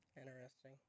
Interesting